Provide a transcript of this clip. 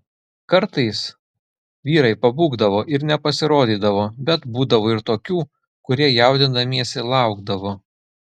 kartais vyrai pabūgdavo ir nepasirodydavo bet būdavo ir tokių kurie jaudindamiesi laukdavo